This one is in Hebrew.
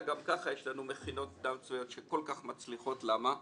גם ככה יש לנו מכינות קדם צבאיות שכל כך מצליחות למה?